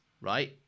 right